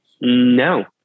No